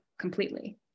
completely